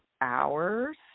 hours